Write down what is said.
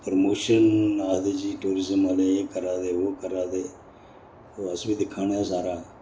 promotion आखदे जी tourism आह्ले एह् करा दे ओह् करा दे ओह् अस बी दिक्खा ने सारा